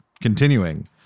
continuing